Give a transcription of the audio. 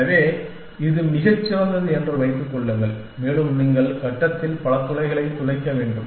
எனவே இது மிகச் சிறந்தது என்று வைத்துக் கொள்ளுங்கள் மேலும் நீங்கள் கட்டத்தில் பல துளைகளை துளைக்க வேண்டும்